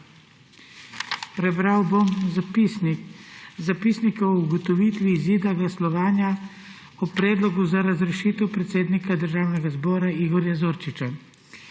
Prebral bom zapisnik o ugotovitvi izida glasovanja o predlogu za razrešitev predsednika Državnega zbora Igorja Zorčiča.